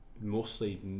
mostly